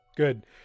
Good